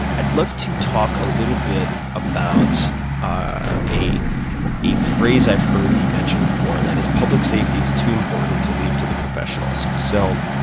i'd love to talk a little bit about ah a a phrase i've heard you mention before, and that is, public safety is too important to leave to the professionals. so,